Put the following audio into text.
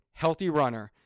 HEALTHYRUNNER